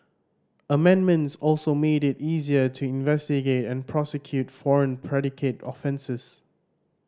amendments also made it easier to investigate and prosecute foreign predicate offences